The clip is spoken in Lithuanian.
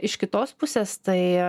iš kitos pusės tai